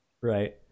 Right